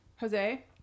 Jose